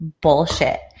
bullshit